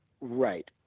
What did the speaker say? right